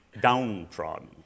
downtrodden